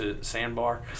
sandbar